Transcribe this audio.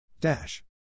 Dash